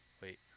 wait